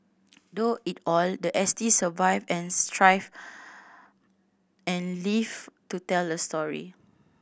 though it all the S T survived and thrived and lived to tell the story